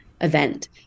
event